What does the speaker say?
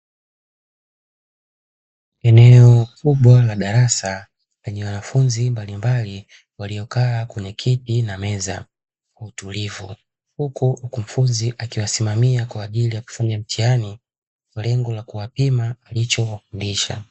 Eneo kubwa la darasa, lenye wanafunzi mbalimbali waliokaa kwenye kiti na meza kwa utulivu, huku mkufunzi akiwasimamia kwa ajili ya kufanya mtihani, kwa lengo la kuwapima alichowafundisha.